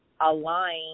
align